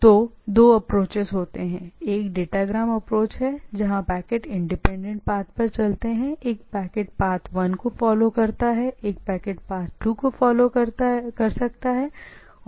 तो दो अप्रोचएस भी हो सकते हैं हम जो कहते हैं कि एक डेटाग्राम अप्रोच है जहां पैकेट इंडिपेंडेंट चीजों पर चलते हैं एक पैकेट कह सकता है कि पाथ 1 एक पैकेट पाथ 2 को फॉलो कर सकता है और इसी तरह आगे भी